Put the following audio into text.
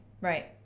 Right